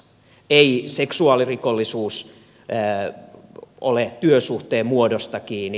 ei seksuaalirikollisuus ole työsuhteen muodosta kiinni